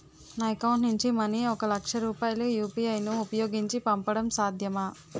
నా అకౌంట్ నుంచి మనీ ఒక లక్ష రూపాయలు యు.పి.ఐ ను ఉపయోగించి పంపడం సాధ్యమా?